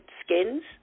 skins